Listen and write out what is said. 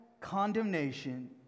condemnation